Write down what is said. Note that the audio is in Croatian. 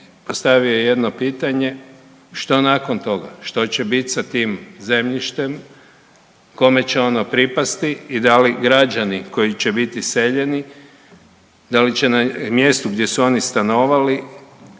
postavio jedno pitanje što nakon toga, što će bit sa tim zemljištem, kome će ono pripasti i da li građani koji će bit iseljeni da li će na mjestu gdje su oni stanovali